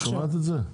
שמעת את זה?